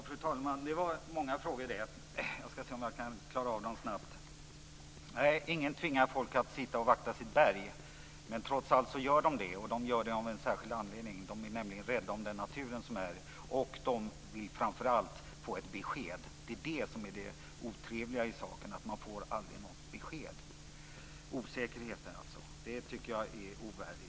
Fru talman! Det var många frågor. Jag ska se om jag kan besvara dem snabbt. Nej, ingen tvingar folk att sitta och vakta på ett berg, men trots allt sker det, och man gör det av en särskild anledning, nämligen att man är rädd om sin natur. Framför allt vill man få ett besked. Det otrevliga är att man aldrig fått något besked. Jag tycker att denna osäkerhet är ovärdig.